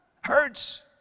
Hurts